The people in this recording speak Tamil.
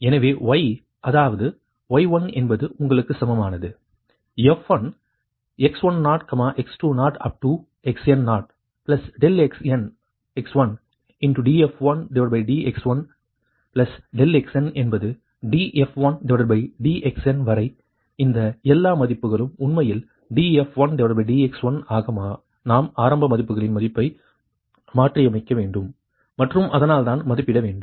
எனவே y அதாவது y1 என்பது உங்களுக்கு சமமானது f1x10 x20up to xn0 ∆x1df1dx1∆xn என்பது df1dxn வரை இந்த எல்லா மதிப்புகளும் உண்மையில் df1dx1 ஆக நாம் ஆரம்ப மதிப்புகளின் மதிப்பை மாற்றியமைக்க வேண்டும் மற்றும் அதனால்தான் மதிப்பிட வேண்டும்